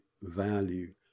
value